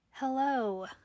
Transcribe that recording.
Hello